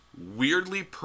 weirdly